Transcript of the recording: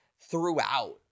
throughout